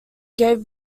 gave